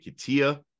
katia